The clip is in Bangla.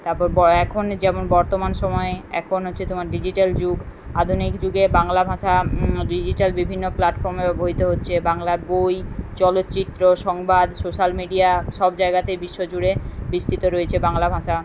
তারপর বা এখন যেমন বর্তমান সময়ে এখন হচ্ছে তোমার ডিজিটাল যুগ আধুনিক যুগে বাংলা ভাষা ডিজিটাল বিভিন্ন প্লাটফর্মে বহিত হচ্ছে বাংলা বই চলচ্চিত্র সংবাদ সোশাল মিডিয়া সব জায়গাতেই বিশ্ব জুড়ে বিস্তৃত রয়েছে বাংলা ভাষা